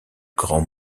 grands